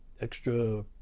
extra